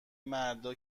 مردا